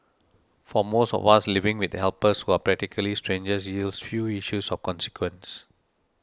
for most of us living with helpers who are practically strangers yields few issues of consequence